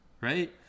right